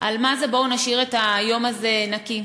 מה זה "בואו נשאיר את היום הזה נקי",